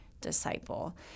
disciple